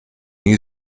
you